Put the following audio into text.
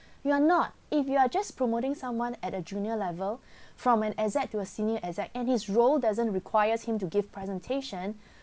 you are not if you are just promoting someone at a junior level from an exec to a senior exec and his role doesn't requires him to give presentation